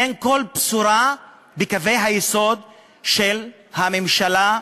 אין כל בשורה בקווי היסוד של הממשלה,